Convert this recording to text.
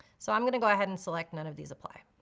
so i'm gonna go ahead and select none of these apply.